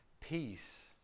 peace